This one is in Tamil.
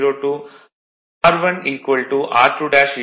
02 r1r2 0